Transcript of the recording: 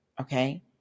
Okay